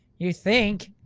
you think?